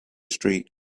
street